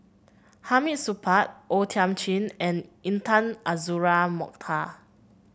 Hamid Supaat O Thiam Chin and Intan Azura Mokhtar